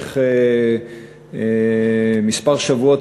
במשך כמה שבועות